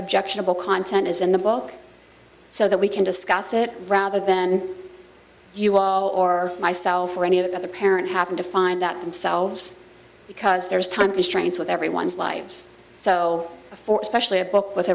objectionable content is in the book so that we can discuss it rather then you all or myself or any of the other parent have to find that themselves because there's time constraints with everyone's lives so for especially a book with